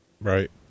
Right